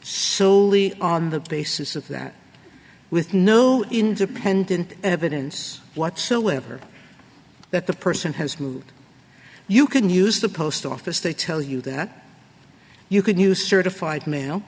soley on the basis of that with no independent evidence whatsoever that the person has moved you can use the post office they tell you that you can use certified mail